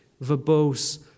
verbose